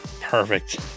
perfect